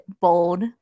bold